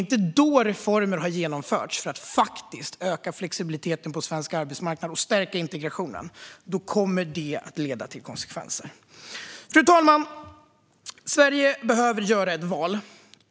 Om reformer inte har genomförts då för att faktiskt öka flexibiliteten på svensk arbetsmarknad och stärka integrationen kommer det att leda till konsekvenser. Fru talman! Sverige behöver göra ett val.